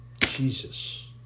Jesus